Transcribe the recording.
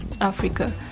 Africa